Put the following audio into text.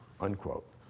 unquote